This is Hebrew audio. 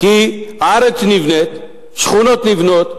כי הארץ נבנית, שכונות נבנות,